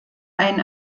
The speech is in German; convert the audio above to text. ein